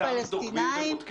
אותם, אגב, דוגמים ובודקים?